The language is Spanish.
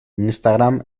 instagram